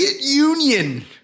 Union